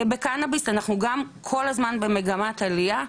בקנאביס אנחנו גם כל הזמן במגמת עלייה.